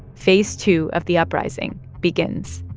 phase two of the uprising begins